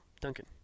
Duncan